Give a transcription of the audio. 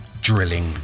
drilling